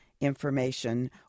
information